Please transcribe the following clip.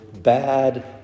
bad